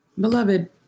Beloved